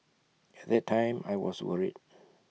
at that time I was worried